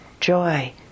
joy